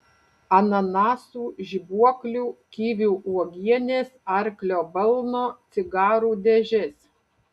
ananasų žibuoklių kivių uogienės arklio balno cigarų dėžės